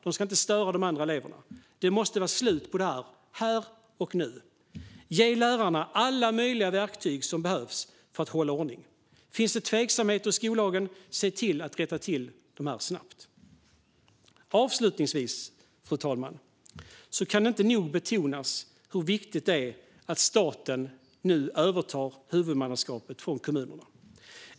De ska inte störa de andra eleverna. Det måste vara slut på detta här och nu. Ge lärarna alla verktyg som är möjliga och som behövs för att hålla ordning! Finns det tveksamheter i skollagen? Se till att rätta till dem - snabbt! Avslutningsvis, fru talman, kan det inte nog betonas hur viktigt det är att staten nu övertar huvudmannaskapet från kommunerna.